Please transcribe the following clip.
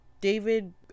David